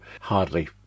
hardly